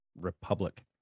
republic